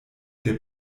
der